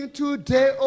today